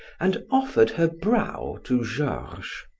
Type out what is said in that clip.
and offered her brow to georges.